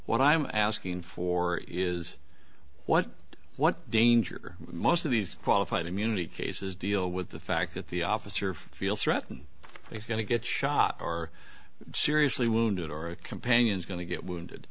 what i'm asking for is what what danger most of these qualified immunity cases deal with the fact that the officer feels threatened he's going to get shot or seriously wounded or a companion is going to get wounded